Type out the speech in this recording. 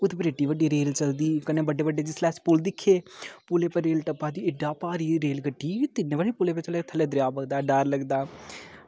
ओह्दे पर एड्डी बड्डी रेल चलदी कन्नै बड्डे बड्डे जिसलै असें पुल दिक्खे पुल टप्पा दी कन्नै एड्डी भारी रेलगड्डी ते इन्नै बड्डे पुलै पर थल्ले दरेआ बगदा डर लगदा